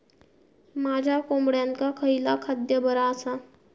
माझ्या कोंबड्यांका खयला खाद्य बरा आसा?